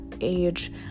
age